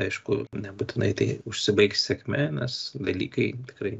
aišku nebūtinai tai užsibaigs sėkme nes dalykai tikrai